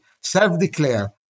self-declare